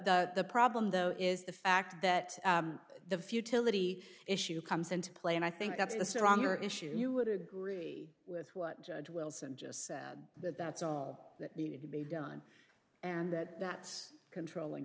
the problem though is the fact that the futility issue comes into play and i think that's the stronger issue you would agree with what judge wilson just said that that's all that needed to be done and that that controlling